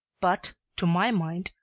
but, to my mind,